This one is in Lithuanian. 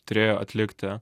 turėjo atlikti